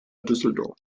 düsseldorf